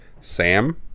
Sam